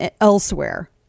elsewhere